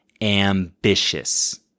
ambitious